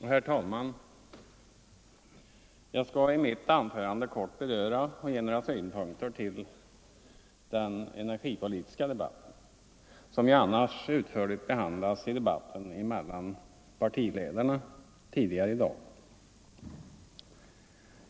Herr talman! Jag skall i mitt anförande kort beröra och ge några syn punkter på de energipolitiska frågorna, som ju annars utförligt behandlats Nr 115 i debatten mellan partiledarna tidigare i dag.